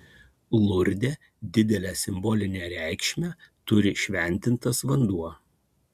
lurde didelę simbolinę reikšmę turi šventintas vanduo